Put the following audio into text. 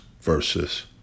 versus